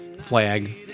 flag